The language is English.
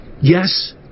yes